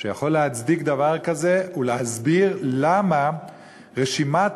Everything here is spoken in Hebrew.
שיכול להצדיק דבר כזה ולהסביר למה מקבלי